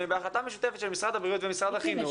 בהחלטה משותפת של משרד הבריאות ומשרד החינוך,